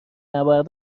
نبرد